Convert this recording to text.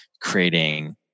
creating